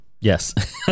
Yes